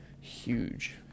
huge